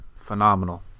Phenomenal